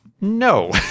No